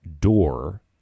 door